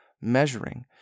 measuring